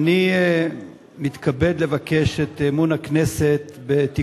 אני מזמין את זבולון אורלב לבוא ולהעלות